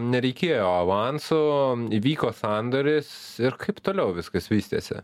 nereikėjo avansų įvyko sandoris ir kaip toliau viskas vystėsi